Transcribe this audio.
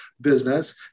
business